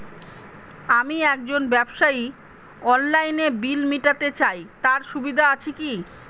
আমি একজন ব্যবসায়ী অনলাইনে বিল মিটাতে চাই তার সুবিধা আছে কি?